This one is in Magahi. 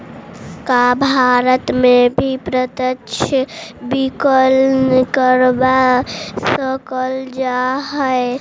का भारत में भी प्रत्यक्ष विकलन करवा सकल जा हई?